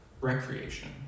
recreation